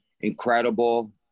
incredible